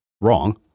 wrong